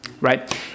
right